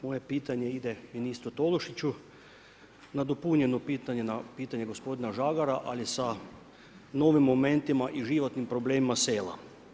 Moje pitanje ide ministru Tolušiću, nadopunjeno pitanje, na pitanje gospodina Žagara, ali sa novim momentima i životnim problemima sela.